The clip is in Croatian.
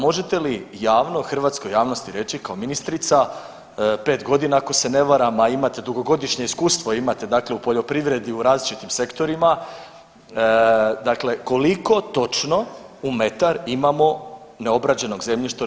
Možete li javno hrvatskoj javnosti reći kao ministrica pet godina ako se ne varam, a imate dugogodišnje iskustvo, imate dakle u poljoprivredi u različitim sektorima, dakle koliko točno u metar imamo neobrađenog zemljišta u RH?